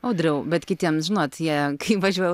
audriau bet kitiems žinot jie važiuoja